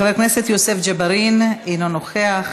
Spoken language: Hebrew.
חבר הכנסת יוסף ג'בארין, אינו נוכח,